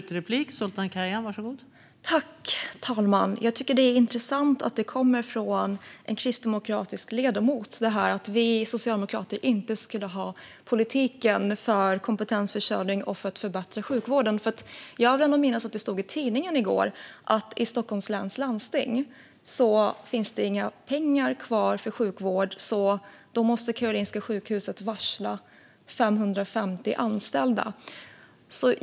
Fru talman! Det är intressant att det kommer från en kristdemokratisk ledamot att vi socialdemokrater inte skulle ha politiken för kompetensförsörjning och för att förbättra sjukvården. Jag vill minnas att det stod i tidningen i går att det i Stockholms läns landsting inte finns några pengar kvar till sjukvården och att Karolinska sjukhuset därför måste varsla 550 anställda.